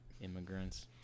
Immigrants